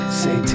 say